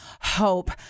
hope